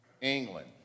England